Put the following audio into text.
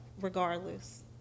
Regardless